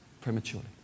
prematurely